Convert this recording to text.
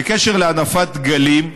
בקשר להנפת דגלים,